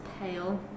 pale